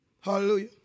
Hallelujah